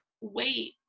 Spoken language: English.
wait